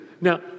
Now